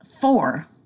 four